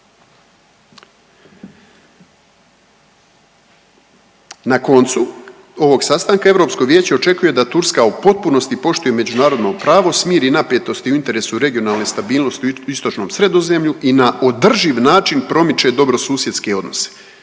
Na koncu ovog sastanaka Europsko vijeće očekuje da Turska u potpunosti poštuje međunarodno pravo, smiri napetosti u interesu regionalne stabilnosti u istočnom Sredozemlju i na održiv način promiče dobrosusjedske odnose.